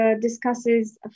discusses